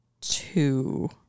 two